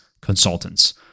consultants